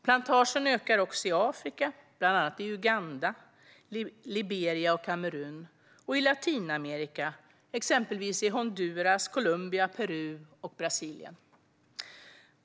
Plantagerna ökar också i Afrika, bland annat i Uganda, Liberia och Kamerun, och i Latinamerika, exempelvis i Honduras, Colombia, Peru och Brasilien.